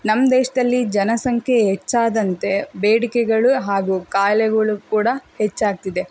ನಮ್ಮ ದೇಶದಲ್ಲಿ ಜನಸಂಖ್ಯೆ ಹೆಚ್ಚಾದಂತೆ ಬೇಡಿಕೆಗಳು ಹಾಗೂ ಕಾಯ್ಲೆಗಳು ಕೂಡ ಹೆಚ್ಚಾಗ್ತಿದೆ